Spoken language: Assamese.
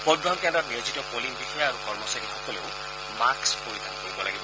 ভোটগ্ৰহণ কেন্দ্ৰত নিয়োজিত প'লিং বিষয়া আৰু কৰ্মচাৰীসকলেও মাস্ক পৰিধান কৰিব লাগিব